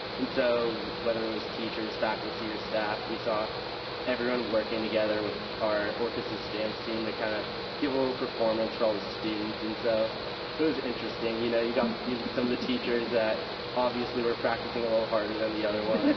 and so, whether it was teachers, faculty, or staff, we saw everyone working together with our orchesis dance team to kinda give a little performance for all the students, and so it was interesting. you know you got to see some of the teachers that obviously were practicing a little harder than the other ones.